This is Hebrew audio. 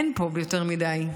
אין פה יותר מדי,